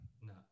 No